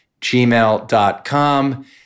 gmail.com